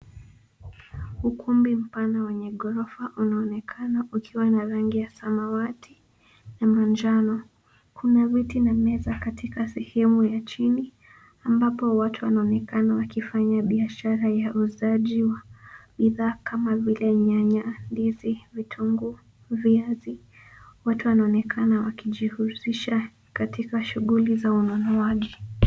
Ukumbi mpana wenye ghorofa unaonekana ukiwa na rangi ya samawati, na manjano. Kuna viti na meza katika sehemu ya chini, ambapo watu wanaonekana wakifanya biashara ya uuzaji wa bidhaa kama vile nyanya, ndizi, vitunguu, viazi. Watu wanaonekana wakijihusisha katika shughuli za ununuaji.